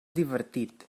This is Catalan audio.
divertit